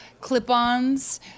clip-ons